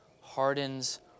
hardens